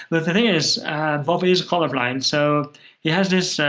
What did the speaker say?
the thing is bobby is colorblind. so he has this